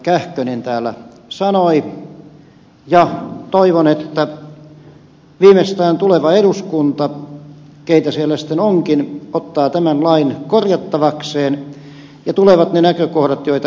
kähkönen täällä sanoi ja toivon että viimeistään tuleva eduskunta keitä siellä sitten onkin ottaa tämän lain korjattavakseen ja että tulevat ne näkökohdat joita ed